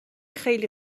خیلی